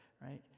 right